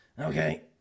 okay